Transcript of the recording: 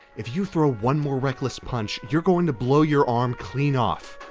if you throw one more reckless punch, you're going to blow your arm clean off!